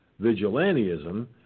vigilantism